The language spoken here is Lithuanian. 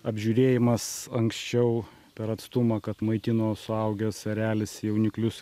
apžiūrėjimas anksčiau per atstumą kad maitino suaugęs erelis jauniklius